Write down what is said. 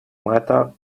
matter